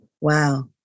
Wow